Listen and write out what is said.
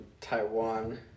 Taiwan